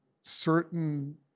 certain